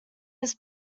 his